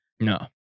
No